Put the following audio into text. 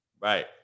Right